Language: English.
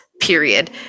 period